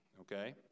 okay